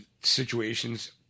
situations